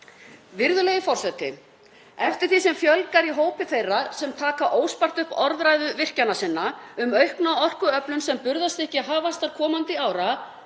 Virðulegi forseti. Eftir því sem fjölgar í hópi þeirra sem taka óspart upp orðræðu virkjunarsinna um aukna orkuöflun sem burðarstykki hagvaxtar komandi ára,